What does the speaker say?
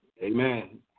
Amen